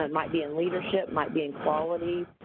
and might be in leadership, might be in quality,